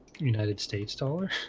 united states dollar